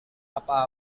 apa